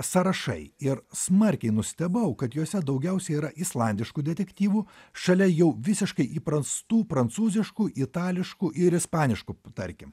sąrašai ir smarkiai nustebau kad juose daugiausiai yra islandiškų detektyvų šalia jau visiškai įprastų prancūziškų itališkų ir ispaniškų tarkim